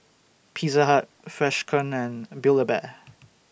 Pizza Hut Freshkon and Build A Bear